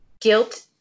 guilt